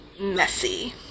messy